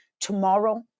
tomorrow